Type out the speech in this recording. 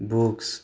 books